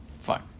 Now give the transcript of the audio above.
Fine